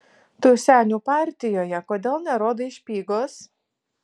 tu senių partijoje kodėl nerodai špygos